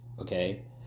okay